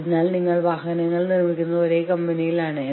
അതിനെ നിങ്ങൾക്ക് ഒരു സഹതാപ സമരം എന്ന് വിളിക്കാം